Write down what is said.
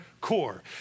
core